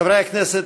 חברי הכנסת,